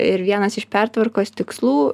ir vienas iš pertvarkos tikslų